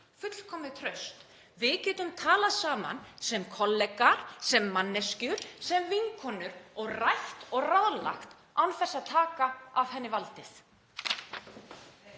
fullkomið traust. Við getum talað saman sem kollegar, sem manneskjur, sem vinkonur og rætt og ráðlagt án þess að taka af henni valdið.